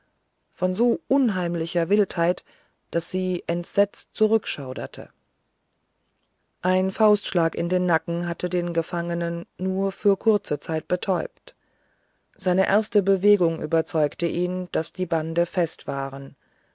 von so unheimlicher wildheit daß sie entsetzt zurückschauderte ein faustschlag in den nacken hatte den gefangenen nur auf kurze zeit betäubt seine erste bewegung überzeugte ihn daß die bande fest waren